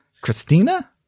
Christina